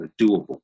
doable